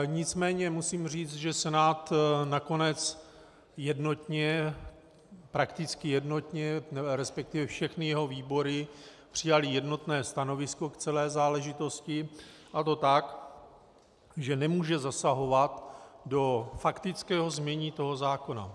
Nicméně musím říct, že Senát nakonec jednotně, prakticky jednotně, resp. všechny jeho výbory přijaly jednotné stanovisko k celé záležitosti, a to tak, že nemůže zasahovat do faktického znění toho zákona.